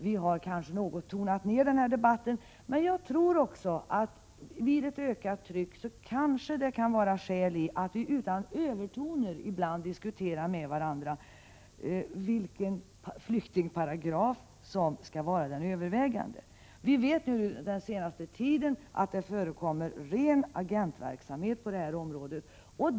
Vi har kanske tonat ner debatten något, men jag tror också att vid ett ökat tryck kan det vara skäl att utan övertoner ibland diskutera med varandra vilken flyktingparagraf som skall vara den gällande. Vi vet att den senaste tiden har det förekommit ren agentverksamhet på detta område.